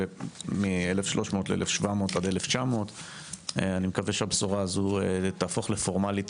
מ-1,300 ל-1,700 עד 1,900. אני מקווה שהבשורה הזו תהפוך לפורמלית